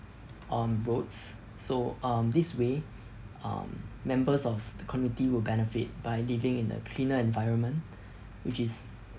um roads so um this way um members of the committee will benefit by living in a cleaner environment which is